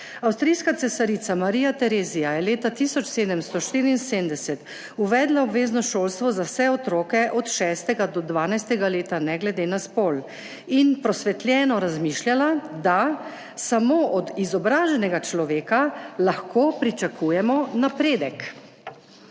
Avstrijska cesarica Marija Terezija je leta 1774 uvedla obvezno šolstvo za vse otroke od 6. do 12. leta, ne glede na spol, in prosvetljeno razmišljala, da samo od izobraženega človeka lahko pričakujemo napredek.